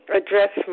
address